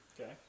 Okay